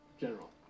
general